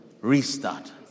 Restart